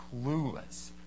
clueless